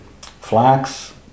Flax